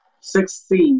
succeed